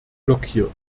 blockiert